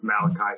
Malachi